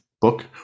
book